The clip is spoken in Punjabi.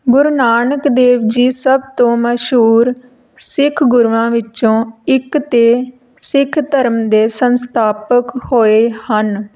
ਗੁਰੂ ਨਾਨਕ ਦੇਵ ਜੀ ਸਭ ਤੋਂ ਮਸ਼ਹੂਰ ਸਿੱਖ ਗੁਰੂਆਂ ਵਿੱਚੋਂ ਇੱਕ ਅਤੇ ਸਿੱਖ ਧਰਮ ਦੇ ਸੰਸਥਾਪਕ ਹੋਏ ਹਨ